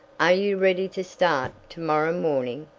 are you ready to start to-morrow morning?